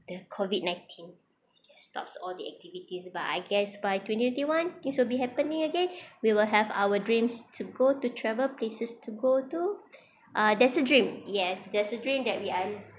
the COVID nineteen is just stops all the activities but I guess by twenty twenty one this will be happening again we will have our dreams to go to travel places to go to uh that's a dream yes that's a dream that we are